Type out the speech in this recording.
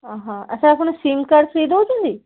ଆଚ୍ଛା ଆପଣ sim card free ଦେଉଛନ୍ତି